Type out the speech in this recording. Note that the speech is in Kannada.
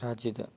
ರಾಜ್ಯದ